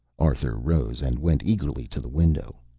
arthur rose and went eagerly to the window.